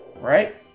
right